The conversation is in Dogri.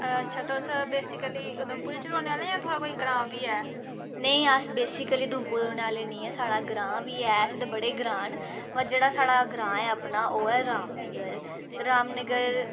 ते अच्छा तुस बेसीकली उधमपुर च रौह्ने आह्ले जां थुआढ़ा कोई ग्रांऽ बी ऐ नेईं अस बेसीकली उधमपुर दे रौह्ने आह्ले नेईं ऐ साढ़ा ग्रांऽ बी ऐ इत्थै बड़े ग्रांऽ न बा जेह्ड़ा साढ़ा ग्रांऽ ऐ अपना ओह् ऐ रामनगर रामनगर